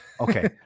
Okay